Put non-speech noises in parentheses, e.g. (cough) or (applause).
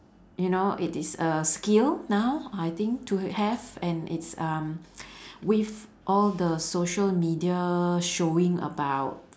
you know it is a skill now I think to have and it's um (breath) with all the social media showing about